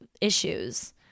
issues